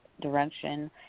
direction